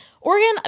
Oregon